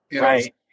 Right